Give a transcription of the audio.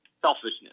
selfishness